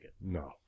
No